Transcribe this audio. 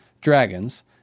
dragons